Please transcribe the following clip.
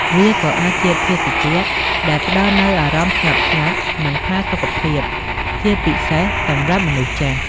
វាក៏អាចជាភេសជ្ជៈដែលផ្តល់នូវអារម្មណ៍ស្ងប់ស្ងាត់ និងផាសុខភាព ជាពិសេសសម្រាប់មនុស្សចាស់។